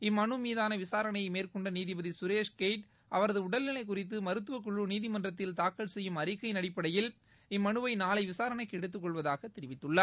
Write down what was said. இம்மனுமீதானவிசாரணையைமேற்கொண்டநீதிபதிசுரேஷ்கெய்ட் அவரதுடல் நிலைகுறித்துமருத்துவக்குழுநீதிமன்றத்தில் தாக்கல் செய்யும் அறிக்கையின் அடிப்படையில் இம்மனுவைநாளைவிசாரணைக்குஎடுத்துக்கொள்வதாகதெரிவித்துள்ளார்